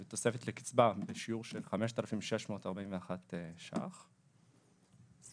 בתוספת לקצבה בשיעור של 5,641 שקלים חדשים.